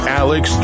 alex